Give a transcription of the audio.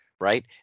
right